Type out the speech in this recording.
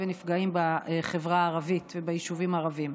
ונפגעים בחברה הערבית וביישובים הערביים.